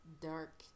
dark